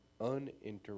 uninterrupted